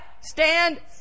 Stand